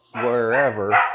wherever